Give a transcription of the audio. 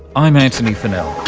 i'm antony funnell.